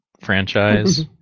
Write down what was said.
franchise